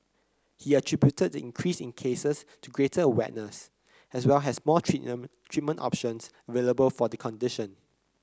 he attributed the increase in cases to greater awareness as well as more treatment treatment options available for the condition